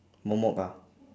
momok ah